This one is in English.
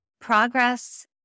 Progress